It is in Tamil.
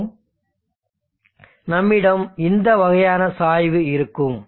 மற்றும் நம்மிடம் இந்த வகையான சாய்வு இருக்கும்